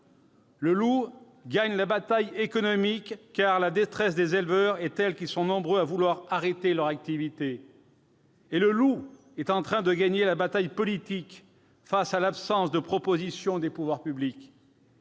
le loup gagne la bataille économique, car la détresse des éleveurs est telle qu'ils sont nombreux à vouloir arrêter leur activité ; le loup, enfin, est en train de gagner la bataille politique face à l'absence de propositions des pouvoirs publics.